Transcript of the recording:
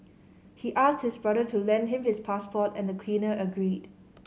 he asked his brother to lend him his passport and the cleaner agreed